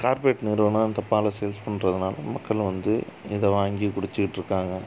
corporate நிறுவனம் அந்தப் பாலை சேல்ஸ் பண்ணுறதுனால மக்களும் வந்து இதை வாங்கி குடிச்சுட்ருக்காங்க